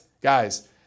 guys